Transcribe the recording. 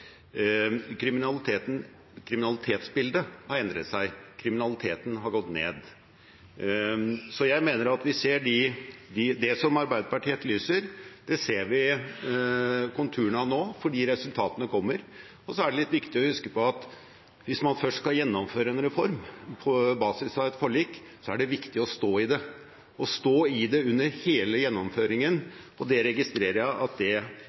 kriminaliteten har gått ned. Så jeg mener at det Arbeiderpartiet etterlyser, ser vi konturene av nå, fordi resultatene kommer. Det er litt viktig å huske på at hvis man først skal gjennomføre en reform på basis av et forlik, er det viktig å stå i det, å stå i det under hele gjennomføringen. Jeg registrerer at det